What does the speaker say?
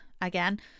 again